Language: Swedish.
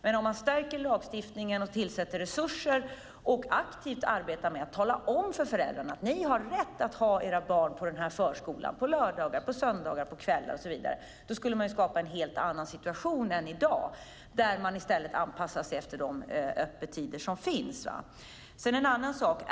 Men stärker man lagstiftningen, tillför resurser och aktivt arbetar med att tala om för föräldrarna att de har rätt att ha sina barn i förskolan på lördagar, söndagar, kvällar och så vidare skulle man skapa en helt annan situation än i dag och anpassa öppettiderna efter de behov som finns.